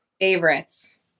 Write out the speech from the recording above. Favorites